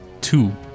Two